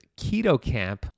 KETOCAMP